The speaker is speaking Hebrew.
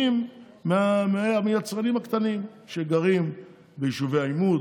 מהיצרנים הקטנים שגרים ביישובי העימות,